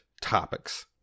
topics